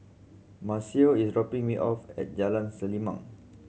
Maceo is dropping me off at Jalan Selimang